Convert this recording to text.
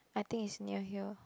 I think is near here